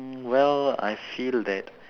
well I feel that